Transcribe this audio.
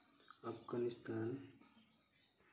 Afghanistan